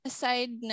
Aside